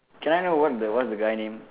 can I know what the what's the guy name